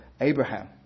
Abraham